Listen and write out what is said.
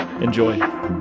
Enjoy